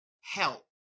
help